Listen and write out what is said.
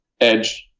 edge